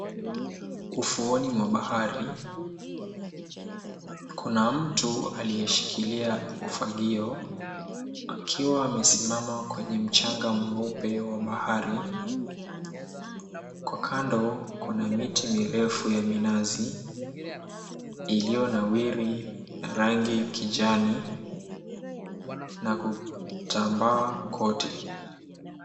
Ufuoni mwa bahari kuna mtu aliyeshikilia ufagio akiwa amesimama kwenye mchanga mweupe wa bahari, kwa kando kuna miti mirefu ya minazi iliyonawiri rangi ya kijani na kutambaa kote.